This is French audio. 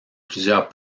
plusieurs